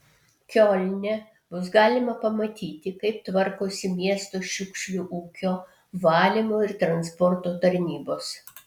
kiolne bus galima pamatyti kaip tvarkosi miesto šiukšlių ūkio valymo ir transporto tarnybos